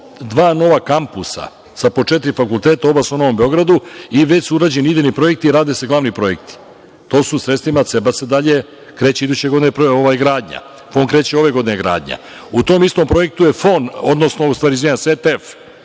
dva nova kampusa sa po četiri fakulteta, oba su na Novom Beogradu, i već su urađeni idejni projekti, rade se glavni projekti. To su sredstvima CEBAS. Kreće iduće godine gradnja. FON kreće ove godine gradnja.U tom istom projektu je ETF, nova zgrada ETF-a,